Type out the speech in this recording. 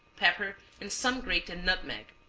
pepper and some grated nutmeg.